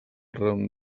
ram